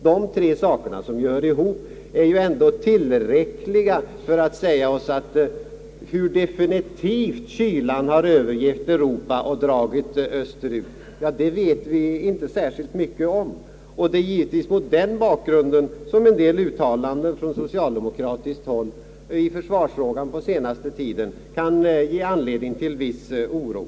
Dessa tre saker är tillräckliga för att säga, att hur definitivt kylan har övergivit Europa och dragit österut vet vi inte särskilt mycket om. Det är givetvis mot den bakgrunden som en del uttalanden från socialdemokratiskt håll i försvarsfrågan på senaste tiden kan ge anledning till viss oro.